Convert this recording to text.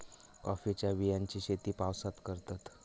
कॉफीच्या बियांची शेती पावसात करतत